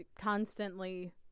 constantly